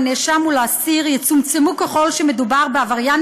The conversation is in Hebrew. לנאשם ולאסיר יצומצמו ככל שמדובר בעבריין